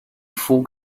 full